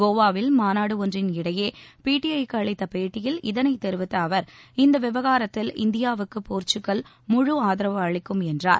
கோவாவில் மாநாடு ஒன்றின் இடையே பிடிஐ க்கு அளித்த பேட்டியில் இதனைத் தெரிவித்த அவர் இந்த விவகாரத்தில் இந்தியாவுக்கு போர்ச்சுக்கல் முழு ஆதரவு அளிக்கும் என்றார்